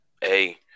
Hey